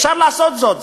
אפשר לעשות זאת,